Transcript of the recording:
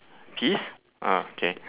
peas ah K